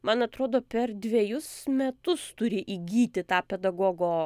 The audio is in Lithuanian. man atrodo per dvejus metus turi įgyti tą pedagogo